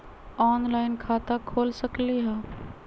Online खाता खोल सकलीह?